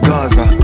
Gaza